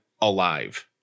alive